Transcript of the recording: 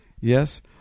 Yes